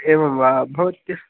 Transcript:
एवं वा भवत्यह्